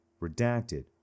Redacted